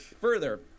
further